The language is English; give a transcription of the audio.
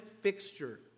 fixture